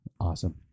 Awesome